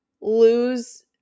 lose